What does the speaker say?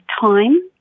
time